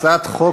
הצעת חוק